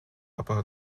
upon